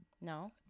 no